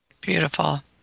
Beautiful